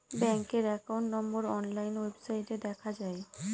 ব্যাঙ্কের account number online ওয়েবসাইটে দেখা যায়